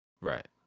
Right